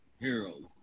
Harold